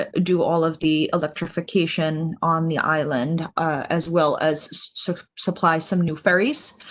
ah do all of the electrification on the island as well as sort of supply some new fairies?